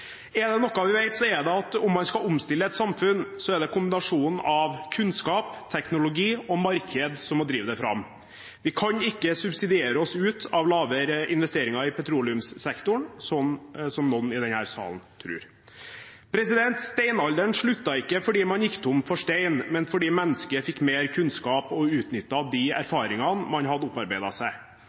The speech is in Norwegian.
Er det noe vi vet, så er det at om man skal omstille et samfunn, er det kombinasjonen av kunnskap, teknologi og marked som må drive det fram. Vi kan ikke subsidiere oss ut av lavere investeringer i petroleumssektoren, slik noen i denne salen tror. Steinalderen sluttet ikke fordi man gikk tom for stein, men fordi mennesket fikk mer kunnskap og utnyttet de erfaringene man hadde opparbeidet seg.